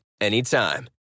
anytime